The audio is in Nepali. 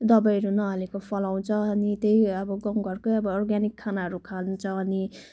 दवाईहरू नहालेको फलाउँछ अनि त्यही अब गाँउघरकै अब अर्ग्यानिक खानाहरू खान्छ भने